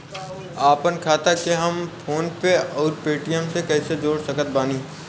आपनखाता के हम फोनपे आउर पेटीएम से कैसे जोड़ सकत बानी?